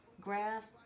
graph